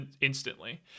instantly